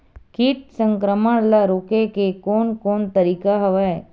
कीट संक्रमण ल रोके के कोन कोन तरीका हवय?